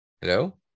Hello